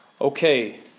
Okay